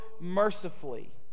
mercifully